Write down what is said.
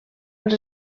als